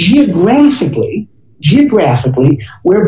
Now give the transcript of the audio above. geographically geographically where